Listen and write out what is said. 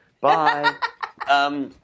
Bye